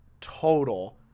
total